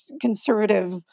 conservative